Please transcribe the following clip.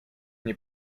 nie